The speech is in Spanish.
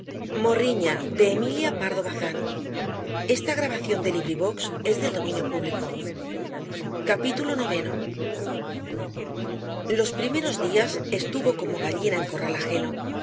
los primeros días estuvo como gallina en corral ajeno